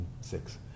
six